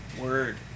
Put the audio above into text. Word